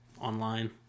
online